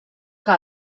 que